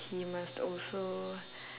he must also